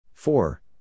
Four